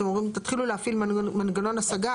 אתם אומרים שתתחילו להפעיל מנגנון השגה,